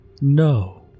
no